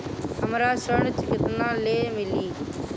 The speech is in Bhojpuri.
हमरा ऋण केतना ले मिली?